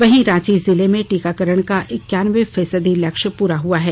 वहीं रांची जिले में टीकाकरण का इकानवें फीसदी लक्ष्य पूरा हुआ है